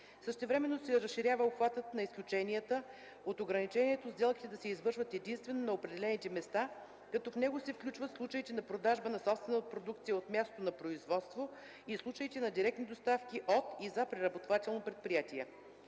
Същевременно се разширява обхватът на изключенията от ограничението сделките да се извършват единствено на определените места, като в него се включват случаите на продажби на собствена продукция от мястото на производството и случаите на директни доставки от и за преработвателно предприятие.